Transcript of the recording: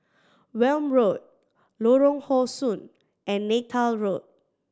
Welm Road Lorong How Sun and Neythal Road